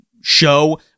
show